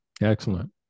Excellent